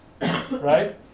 right